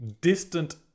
Distant